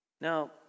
Now